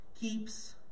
keeps